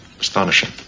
Astonishing